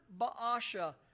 Baasha